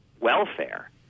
welfare